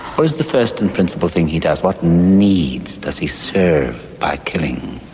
what is the first and principal thing he does, what needs does he serve by killing?